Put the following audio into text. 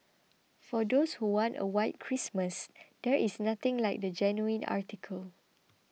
for those who want a white Christmas there is nothing like the genuine article